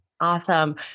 Awesome